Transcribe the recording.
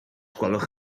gwelwch